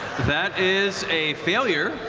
that is a failure.